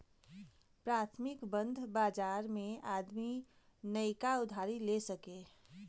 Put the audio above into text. प्राथमिक बंध बाजार मे आदमी नइका उधारी ले सके